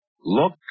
look